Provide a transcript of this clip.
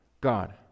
God